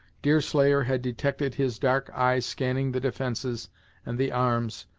deerslayer had detected his dark eye scanning the defences and the arms,